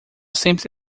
sempre